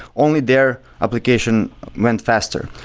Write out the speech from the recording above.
only their application went faster.